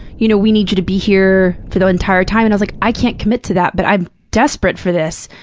you know we need you to be here for the entire time. and i was like, i can't commit to that, but i'm desperate for this.